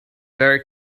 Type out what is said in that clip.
very